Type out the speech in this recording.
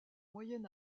moyen